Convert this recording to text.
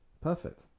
Perfect